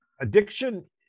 addiction